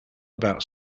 about